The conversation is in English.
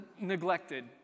neglected